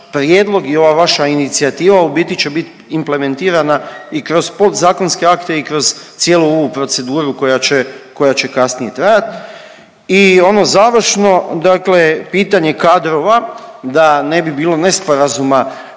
prijedlog i ova vaša inicijativa će biti implementirana i kroz podzakonske akte i kroz cijelu ovu proceduru koja će kasnije trajat. I ono završno dakle pitanje kadrova da ne bi bilo nesporazuma,